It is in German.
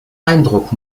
eindruck